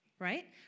right